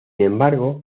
embargo